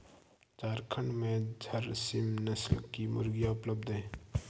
झारखण्ड में झारसीम नस्ल की मुर्गियाँ उपलब्ध है